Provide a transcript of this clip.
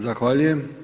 Zahvaljujem.